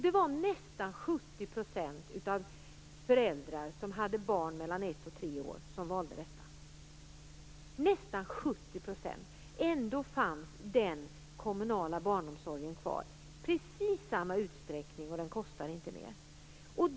Det var nästan 70 % av de föräldrar som hade barn mellan ett och tre år som valde vårdnadsbidrag, trots att den kommunala barnomsorgen fanns kvar i precis samma utsträckning som tidigare, och vårdnadsbidraget kostade inte mer.